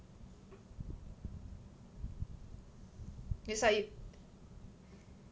it's like you